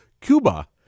Cuba